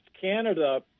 Canada